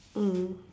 mm